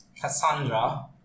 Cassandra